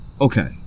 Okay